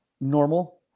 normal